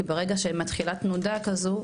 כי ברגע שמתחילה תנודה כזו,